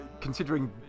considering